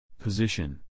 Position